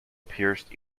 pierced